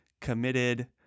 committed